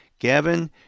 Gavin